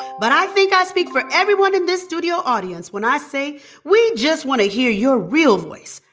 but i think i speak for everyone in this studio audience when i say we just want to hear your real voice.